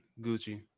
Gucci